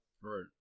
Right